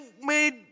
made